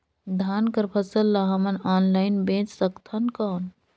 धान कर फसल ल हमन ऑनलाइन बेच सकथन कौन?